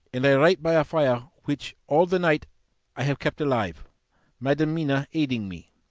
and i write by a fire which all the night i have kept alive madam mina aiding me.